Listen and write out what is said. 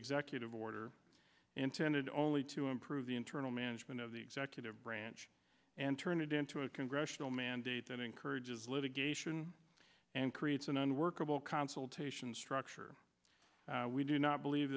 executive order intended only to improve the internal management of the executive branch and turn it into a congressional mandate that encourages litigation and creates an unworkable consultation structure we do not believe